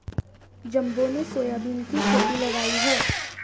जम्बो ने सोयाबीन की खेती लगाई है